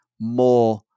more